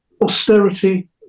austerity